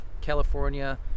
california